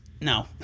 No